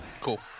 Cool